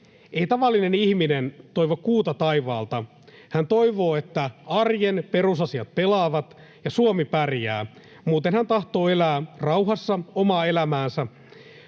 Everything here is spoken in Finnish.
Ei tavallinen ihminen toivo kuuta taivaalta. Hän toivoo, että arjen perusasiat pelaavat ja Suomi pärjää. Muuten hän tahtoo elää rauhassa omaa elämäänsä.